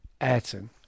Ayrton